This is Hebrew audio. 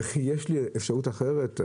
יש לי אפשרות אחרת?